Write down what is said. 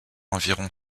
environ